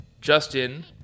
Justin